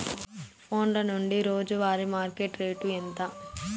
ఫోన్ల నుండి రోజు వారి మార్కెట్ రేటు ఎంత?